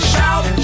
Shout